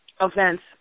events